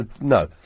No